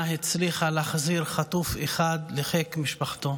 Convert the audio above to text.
הצליחו להחזיר חטוף אחד לחיק משפחתו.